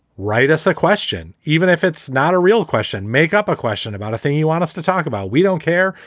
write us a question. even if it's not a real question, make up a question about a thing you want us to talk about. we don't care.